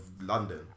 London